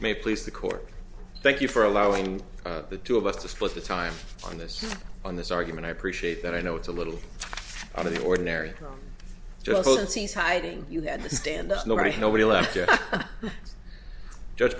may please the court thank you for allowing the two of us to split the time on this on this argument i appreciate that i know it's a little out of the ordinary just hiding you had to stand that nobody nobody left